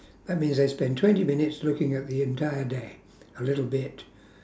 that means I spend twenty minutes looking at the entire day a little bit